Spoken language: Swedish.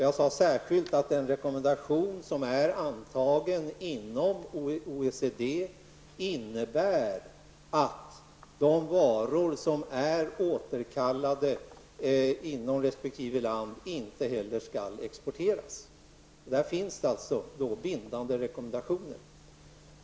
Jag sade särskilt att den rekommendation som är antagen inom OECD innebär att de varor som är återkallade inom resp. land inte heller skall exporteras. Där finns alltså bindande rekommendationer.